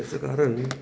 त्याचं कारण